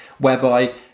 whereby